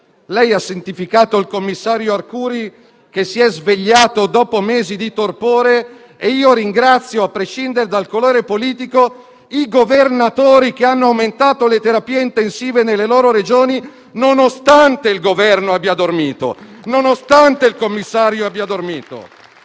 Ha santificato il commissario Arcuri, che si è svegliato dopo mesi di torpore; ringrazio, a prescindere dal colore politico, i governatori che hanno potenziato le terapie intensive nelle loro Regioni, nonostante il Governo e il commissario abbiano dormito;